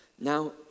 Now